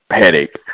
headache